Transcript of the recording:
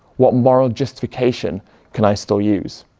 what moral justification can i still use?